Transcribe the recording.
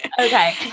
Okay